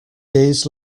days